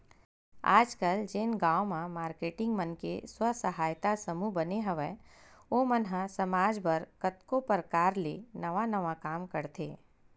आजकल जेन गांव म मारकेटिंग मन के स्व सहायता समूह बने हवय ओ मन ह समाज बर कतको परकार ले नवा नवा काम करथे